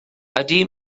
ydy